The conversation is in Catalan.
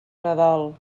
nadal